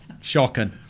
Shocking